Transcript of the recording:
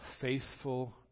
faithful